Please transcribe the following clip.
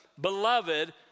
Beloved